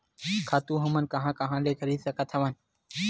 खातु हमन कहां कहा ले खरीद सकत हवन?